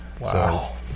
Wow